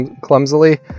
clumsily